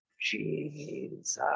Jesus